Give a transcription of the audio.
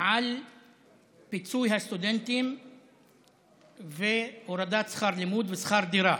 על פיצוי הסטודנטים והורדת שכר לימוד ושכר דירה.